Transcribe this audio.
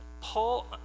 Paul